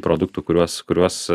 produktų kuriuos kuriuos